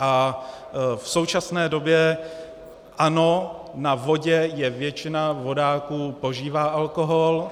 A v současné době ano, na vodě většina vodáků požívá alkohol